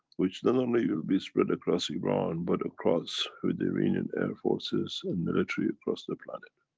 which not only will be spread across iran but across with the iranian air forces and military across the planet.